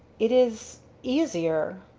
it is easier.